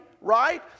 right